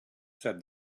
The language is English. said